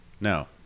no